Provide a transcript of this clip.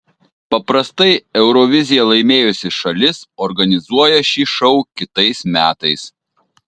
paprastai euroviziją laimėjusi šalis organizuoja šį šou kitais metais